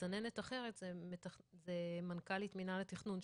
מסננת אחרת זה מנכ"לית מינהל התכנון,